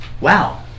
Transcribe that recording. Wow